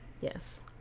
Yes